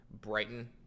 Brighton